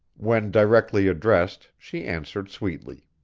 when directly addressed, she answered sweetly.